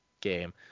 game